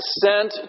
sent